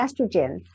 estrogen